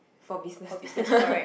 for business